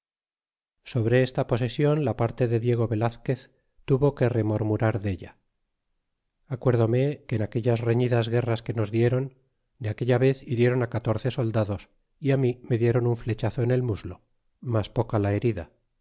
sobre esta posesion la parte de diego velazquez tuvo que murmurar della acuérdome que en aquellas reñidas guerras que nos diéron de aquella vez hirieron catorce soldados y mí me diéron un flechazo en el muslo mas poca la herida